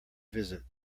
visit